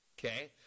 Okay